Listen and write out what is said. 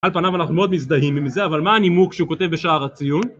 על פניו אנחנו מאוד מזדהים עם זה, אבל מה הנימוק שהוא כותב בשער הציון?